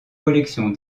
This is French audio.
collections